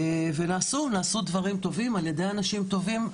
ונעשו דברים טובים על ידי אנשים טובים.